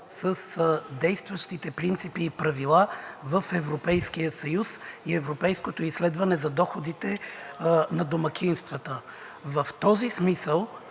с действащите принципи и правила в Европейския съюз и европейското изследване за доходите на домакинствата. В този смисъл